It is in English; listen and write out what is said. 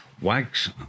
Wags